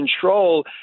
control